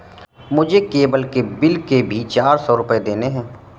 मुझे केबल के बिल के भी चार सौ रुपए देने हैं